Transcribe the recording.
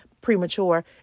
premature